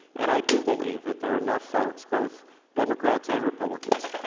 and i do believe that there are enough folks, both democrats and republicans,